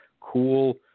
cool